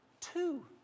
two